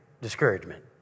discouragement